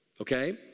Okay